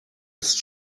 ist